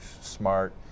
smart